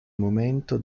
momento